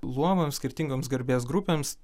luomams skirtingoms garbės grupėms